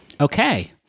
Okay